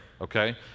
okay